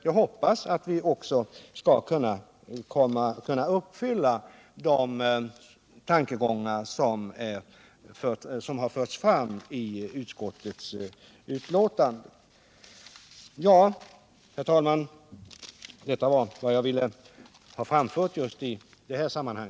Jag hoppas att vi också skall kunna förverkliga de tankegångar som förts fram i utskottets betänkande. Herr talman! Detta var vad jag ville ha framfört i just detta sammanhang.